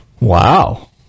Wow